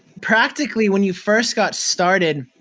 practically, when you first got started,